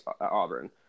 Auburn